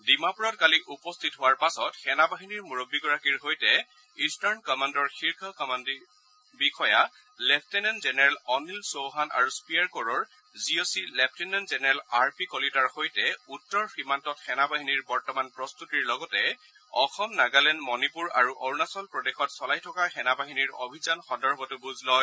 ডিমাপুৰত কালি উপস্থিত হোৱাৰ পাছত সেনা বাহিনীৰ মুৰববীগৰাকীৰ সৈতে ইট্টাৰ্ন কমাণ্ডৰ শীৰ্ষ কমাণ্ডিং বিষয়া লেফটেনেণ্ট জেনেৰেল অনিল চৌহান আৰু স্পিয়েৰ কৰৰ G O C lieutenant general R P কলিতাৰ সৈতে উত্তৰ সীমান্তত সেনা বাহিনীৰ বৰ্তমান প্ৰস্ততিৰ লগতে অসম নাগালেণ্ড মণিপুৰ আৰু অৰুণাচল প্ৰদেশত চলাই থকা সেনা বাহিনীৰ অভিযান সন্দৰ্ভতো বুজ লয়